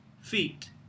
feet